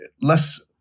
less